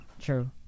true